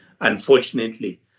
Unfortunately